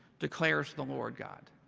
declares the lord, god.